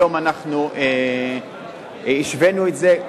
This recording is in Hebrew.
היום אנחנו השווינו את זה,